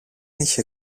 είχε